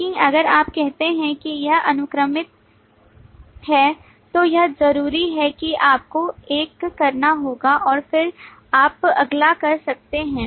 लेकिन अगर आप कहते हैं कि यह अनुक्रमिक है तो यह जरूरी है कि आपको एक करना होगा और फिर आप अगला कर सकते हैं